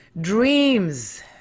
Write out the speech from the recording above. Dreams